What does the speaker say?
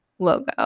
logo